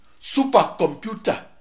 supercomputer